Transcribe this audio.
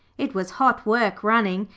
it was hot work running,